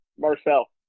Marcel